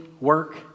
work